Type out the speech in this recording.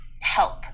help